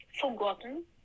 forgotten